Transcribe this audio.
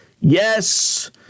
yes